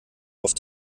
auf